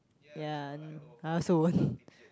ya I also won't